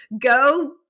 go